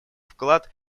вклад